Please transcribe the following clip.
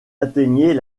atteignait